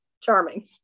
charming